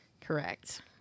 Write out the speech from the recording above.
correct